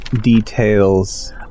details